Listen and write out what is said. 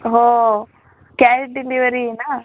हो कॅट डिलिवरी आहे ना